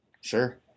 Sure